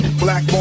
black